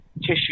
tissue